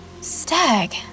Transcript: stag